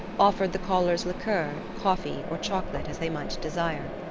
offered the callers liqueur, coffee, or chocolate, as they might desire.